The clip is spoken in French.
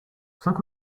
cinq